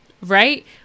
right